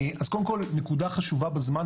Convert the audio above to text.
קודם כל נקודה חשובה בזמן,